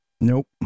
Nope